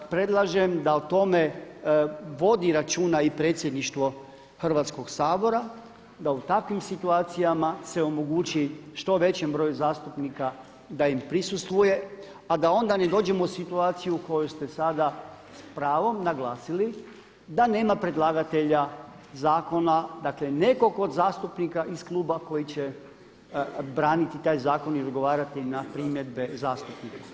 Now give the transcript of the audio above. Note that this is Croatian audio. Predlažem da o tome vodi računa i predsjedništvo Hrvatskog sabora, da u takvim situacijama se omogući što većem broju zastupnika da im prisustvuje a da onda ne dođemo u situaciju u kojoj ste sada s pravom naglasili da nema predlagatelja zakona, dakle nekog od zastupnika iz kluba koji će braniti taj zakon i odgovarati na primjedbe zastupnika.